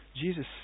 Jesus